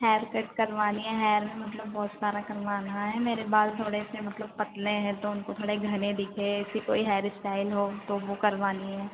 hair cut करवानी है hair में मतलब बहुत सारा करवाना है मेरे बाल थोड़े से मतलब पतले हैं तो उनको थोड़े घने दिखे ऐसी कोई हेयर इस्टाइल हो तो वो करवानी है